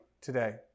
today